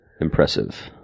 Impressive